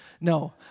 No